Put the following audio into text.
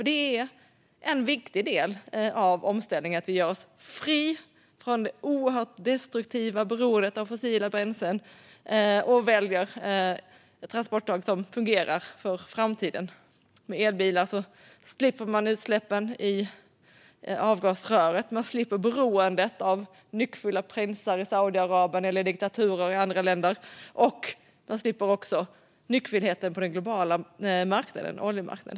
Det är en viktig del av omställningen att vi gör oss fria från det oerhört destruktiva beroendet av fossila bränslen och väljer transportslag som fungerar i framtiden. Med elbilar slipper man utsläppen i avgasröret. Man slipper beroendet av nyckfulla prinsar i Saudiarabien eller diktaturer i andra länder. Man slipper också nyckfullheten på den globala oljemarknaden.